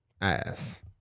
Ass